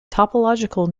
topological